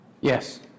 Yes